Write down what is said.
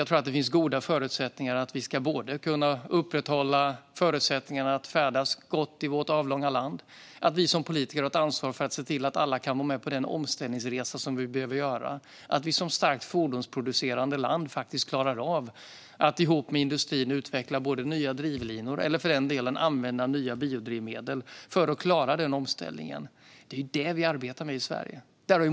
Jag tror att det finns goda förutsättningar för att vi ska kunna upprätthålla möjligheterna att färdas gott i vårt avlånga land. Vi som politiker har ett ansvar att se till att alla kan vara med på den omställningsresa som vi behöver göra och att vi som starkt fordonsproducerande land faktiskt klarar av att tillsammans med industrin utveckla både nya drivlinor och använda nya biodrivmedel för att klara denna omställning. Det är det som vi arbetar med i Sverige.